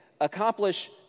accomplish